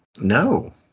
No